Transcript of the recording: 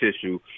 tissue